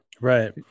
Right